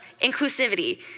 inclusivity